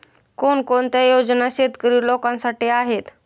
कोणकोणत्या योजना शेतकरी लोकांसाठी आहेत?